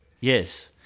Yes